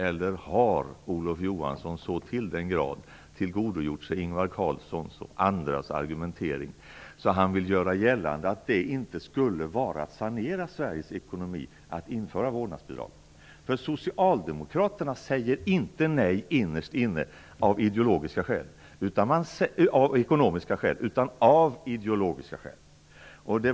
Eller har Olof Johansson så till den grad tillgodogjort sig Ingvar Carlssons och andras argumentering att han vill göra gällande att det inte skulle vara att sanera Sveriges ekonomi att införa vårdnadsbidrag? Socialdemokraterna säger innerst inne inte nej av ekonomiska skäl, utan av ideologiska skäl.